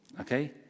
okay